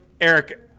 eric